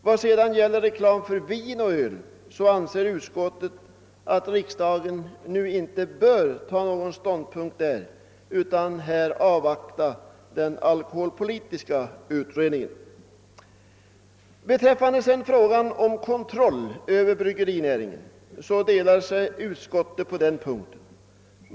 Vad sedan ' gäller reklamen för vin och öl anser utskottet att riksdagen nu inte bör ta någon ståndpunkt utan här avvakta den alkoholpolitiska utredningen. Beträffande frågan om kontroll över bryggerinäringen delar sig utskottet.